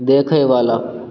देखैवला